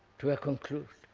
to a conclusion,